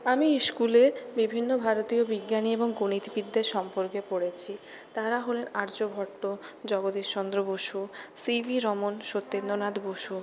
আমি ইশকুলে বিভিন্ন ভারতীয় বিজ্ঞানী এবং গণিতবিদদের সম্পর্কে পড়েছি তাঁরা হলেন আর্যভট্ট জগদীশচন্দ্র বসু সি ভি রমন সত্যেন্দ্রনাথ বসু